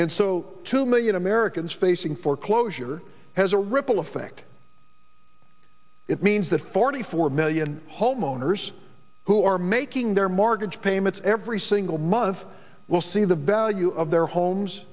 and so two million americans facing foreclosure has a ripple effect it means that forty four million homeowners who are making their mortgage payments every single month will see the value of their homes